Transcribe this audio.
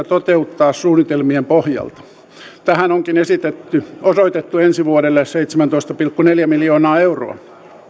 toteuttaa suunnitelmien pohjalta tähän onkin osoitettu ensi vuodelle seitsemäntoista pilkku neljä miljoonaa euroa